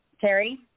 Terry